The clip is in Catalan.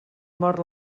mor